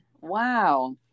Wow